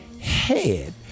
head